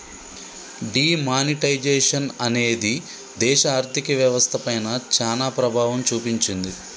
D monetisation అనేది దేశ ఆర్ధిక వ్యవస్థ పైన చానా ప్రభావం చూపించింది